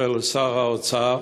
של שר האוצר